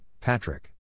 Patrick